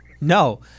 no